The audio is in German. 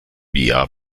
via